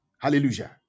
Hallelujah